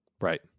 right